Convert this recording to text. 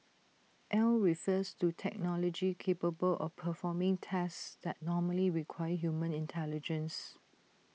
al refers to technology capable of performing tasks that normally require human intelligence